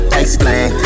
explain